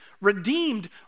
redeemed